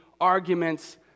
arguments